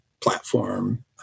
platform